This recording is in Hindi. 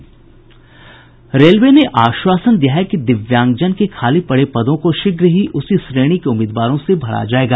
रेलवे ने आश्वासन दिया है कि दिव्यांगजन के खाली पड़े पदों को शीघ्र ही उसी श्रेणी के उम्मीदवारों से भरा जायेगा